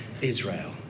Israel